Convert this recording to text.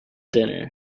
dinner